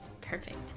perfect